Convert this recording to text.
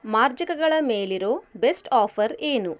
ಮಾರ್ಜಕಗಳ ಮೇಲಿರೋ best offer ಏನು